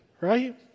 Right